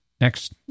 Next